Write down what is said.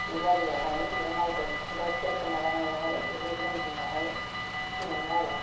दुब्लिबारियावहाय बेहाय माइ गायखोन्दा सेर सेर माबानायावहाय दुब्लि जिं जिंआवहाय मोनो आरो